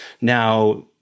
Now